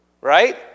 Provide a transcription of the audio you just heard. right